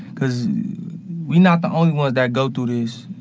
because we're not the only ones that go through this.